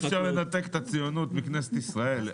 אי אפשר לנתק את הציונות מכנסת ישראל.